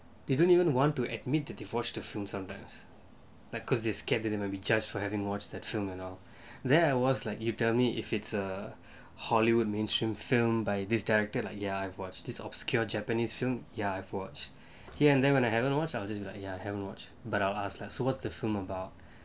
they don't even want to admit the divorced to film sometimes like because they scared that will be charged for having watched that film at all then I was like you tell me if it's a hollywood mainstream film by this director like ya I've watched this obscure japanese film ya I've watch here and there when I haven't watch I'll just be like ya haven't watch but I'll ask so what's the film about